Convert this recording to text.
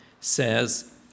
says